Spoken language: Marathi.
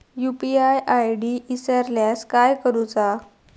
यू.पी.आय आय.डी इसरल्यास काय करुचा?